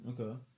Okay